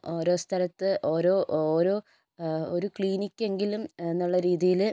ഓരോ സ്ഥലത്ത് ഓരോ ഓരോ ഒരു ക്ലിനിക് എങ്കിലും എന്നുള്ള രീതിയില്